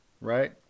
right